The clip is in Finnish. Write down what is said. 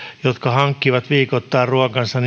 jotka hankkivat viikoittain ruokansa